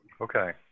okay